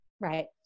Right